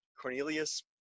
Cornelius